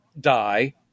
die